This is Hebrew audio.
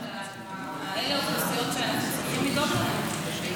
אלה אוכלוסיות שאנחנו צריכים לדאוג להן.